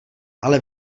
ale